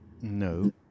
No